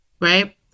right